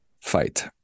fight